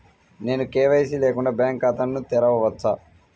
నేను కే.వై.సి లేకుండా బ్యాంక్ ఖాతాను తెరవవచ్చా?